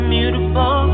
Beautiful